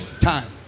time